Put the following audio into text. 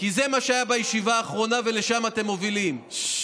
כשאתם לא בודקים את השחיתות אתם פוגעים במערכת.